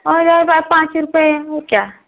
हो जाएगा पाँच रुपये और क्या